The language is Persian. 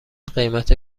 قیمت